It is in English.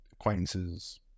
Acquaintances